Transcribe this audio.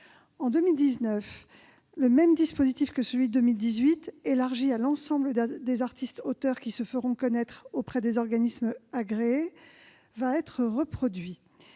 En 2019, le même dispositif sera reproduit, élargi à l'ensemble des artistes auteurs qui se feront connaître auprès des organismes agréés. Il n'est